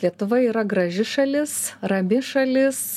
lietuva yra graži šalis rami šalis